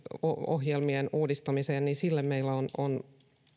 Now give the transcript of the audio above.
ohjelmien uudistamiseen niin sille meillä on on